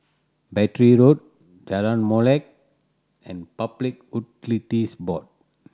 Battery Road Jalan Molek and Public Utilities Board